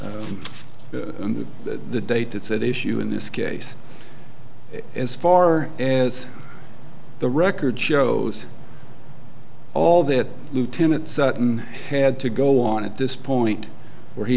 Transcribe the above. that the date that's at issue in this case as far as the record shows all that lieutenant sutton had to go on at this point where he